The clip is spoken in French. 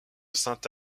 sainte